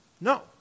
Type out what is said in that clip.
No